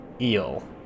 eel